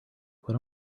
what